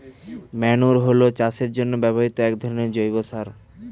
manure হলো চাষের জন্য ব্যবহৃত একরকমের জৈব সার